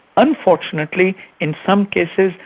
unfortunately in some cases,